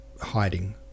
hiding